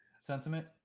sentiment